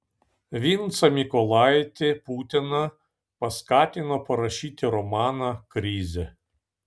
vincą mykolaitį putiną paskatino parašyti romaną krizė